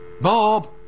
Bob